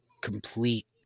complete